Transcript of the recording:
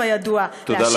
תודה לך, גברתי.